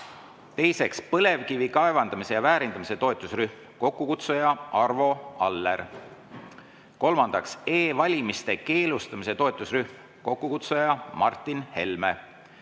Teiseks, põlevkivi kaevandamise ja väärindamise toetusrühm, kokkukutsuja Arvo Aller. Kolmandaks, e-valimiste keelustamise toetusrühm, kokkukutsuja Martin Helme.